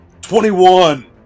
Twenty-one